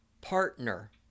partner